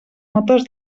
notes